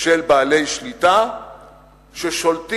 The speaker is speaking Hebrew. של בעלי שליטה ששולטים